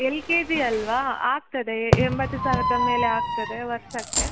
L K G ಅಲ್ಲವಾ ಆಗ್ತದೆ ಎಂಬತ್ತು ಸಾವಿರದ ಮೇಲೆ ಆಗ್ತದೆ ವರ್ಷಕ್ಕೆ